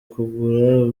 kugura